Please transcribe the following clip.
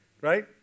Right